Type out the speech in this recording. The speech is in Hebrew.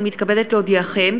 אני מתכבדת להודיעכם,